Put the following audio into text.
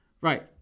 right